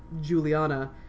Juliana